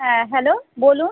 হ্যাঁ হ্যালো বলুন